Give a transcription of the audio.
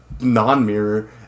non-mirror